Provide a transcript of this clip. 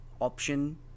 option